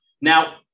Now